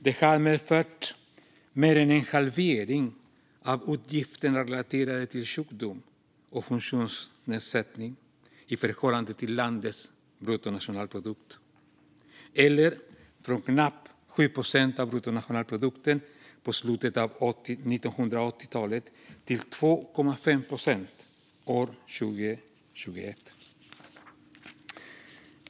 Det har medfört mer än en halvering av utgifterna relaterade till sjukdom och funktionsnedsättning i förhållande till landets bruttonationalprodukt, från knappt 7 procent av bruttonationalprodukten i slutet av 1980-talet till 2,5 procent år 2021.